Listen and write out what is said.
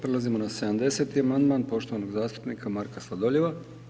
Prelazimo na 70. amandman poštovanog zastupnika Marka Sladoljeva.